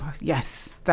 yes